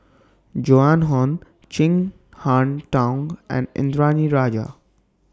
Joan Hon Chin Harn Tong and Indranee Rajah